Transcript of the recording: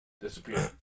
Disappeared